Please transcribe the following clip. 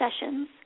sessions